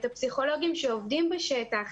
את הפסיכולוגים שעובדים בשטח,